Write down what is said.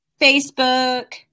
Facebook